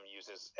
uses